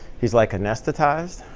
he's like anesthetized.